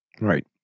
Right